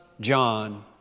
John